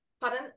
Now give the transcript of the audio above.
pardon